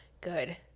Good